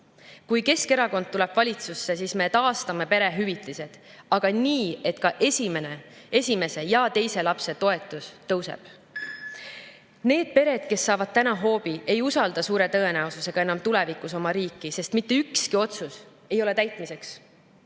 Keskerakond tuleb valitsusse, siis me taastame perehüvitiste [praeguse määra], aga nii, et ka esimese ja teise lapse toetus tõuseb. Need pered, kes saavad täna hoobi, ei usalda suure tõenäosusega enam tulevikus oma riiki, sest mitte ükski otsus ei ole täitmiseks.